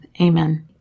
Amen